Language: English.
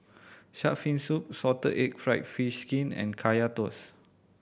Shark's Fin Soup salted egg fried fish skin and Kaya Toast